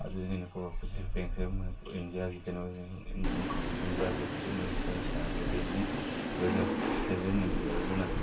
ꯑꯗꯨꯅꯤꯅ cooperative banks ꯏꯟꯗꯤꯌꯥꯒꯤ ꯀꯩꯅꯣꯅꯤ ꯏꯟꯗꯤꯌꯥꯒꯤ ꯆꯤꯞ ꯃꯤꯅꯤꯁꯇꯔꯅ ꯁꯥꯔꯛꯄ ꯕꯦꯡꯛꯅꯤ ꯑꯗꯨꯅ ꯁꯤꯖꯤꯟꯅꯕꯤꯎ ꯑꯗꯨꯅ